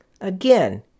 Again